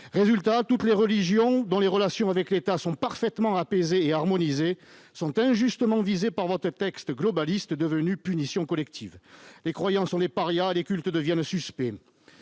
Résultat, toutes les religions dont les relations avec l'État sont parfaitement apaisées et harmonisées se trouvent injustement visées par votre texte globaliste, devenu punition collective. Les croyants sont des parias et les cultes deviennent suspects.